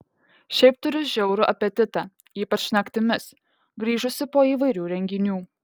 šiaip turiu žiaurų apetitą ypač naktimis grįžusi po įvairių renginių